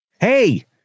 hey